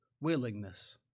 willingness